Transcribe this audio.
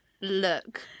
look